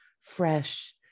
fresh